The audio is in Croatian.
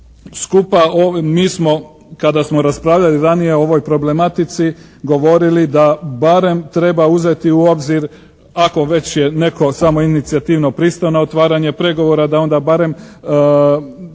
skupa, mi smo kada smo raspravljali ranije o ovoj problematici govorili da barem treba uzeti u obzir ako već je netko samoinicijativno pristao na otvaranje pregovora da onda barem